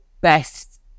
best